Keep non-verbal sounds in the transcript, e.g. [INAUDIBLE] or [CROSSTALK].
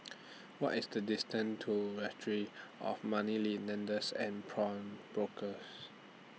[NOISE] What IS The distance to Registry of money [UNINTELLIGIBLE] lenders and Pawnbrokers